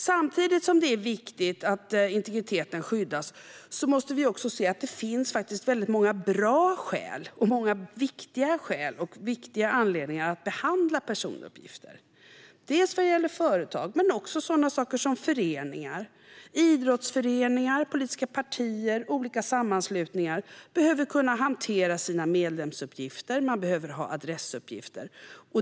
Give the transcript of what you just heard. Samtidigt som det är viktigt att integriteten skyddas måste vi se att det finns många bra skäl och viktiga anledningar att behandla personuppgifter. Det gäller företag men också föreningar, till exempel idrottsföreningar, politiska partier och olika sammanslutningar, som behöver kunna hantera sina medlemsuppgifter och ha adressuppgifter.